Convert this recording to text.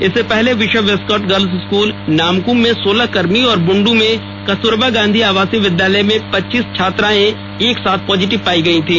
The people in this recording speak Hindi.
इससे पहले bishop Westcott girls school Namkum में सोलह कर्मी और बुंडू में कस्तूरबा गांधी आवासीय विद्यालय में पच्चीस छात्राएं एकसाथ पॉजिटिव पाई गई थी